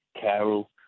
Carol